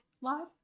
live